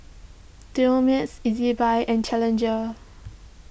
Dumex Ezbuy and Challenger